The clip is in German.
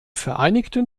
vereinigten